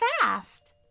fast